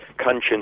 conscience